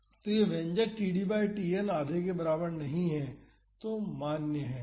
तो यह व्यंजक td बाई Tn आधे के बराबर नहीं है तो मान्य है